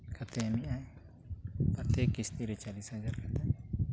ᱠᱟᱛᱮᱫ ᱮᱢᱮᱫᱼᱟᱭ ᱯᱨᱚᱛᱤ ᱠᱤᱥᱛᱤᱨᱮ ᱪᱟᱞᱤᱥ ᱦᱟᱡᱟᱨ ᱠᱟᱛᱮᱫ